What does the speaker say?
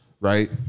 right